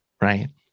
right